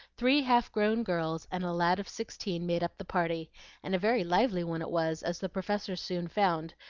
three half-grown girls, and a lad of sixteen made up the party and a very lively one it was, as the professor soon found,